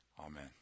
Amen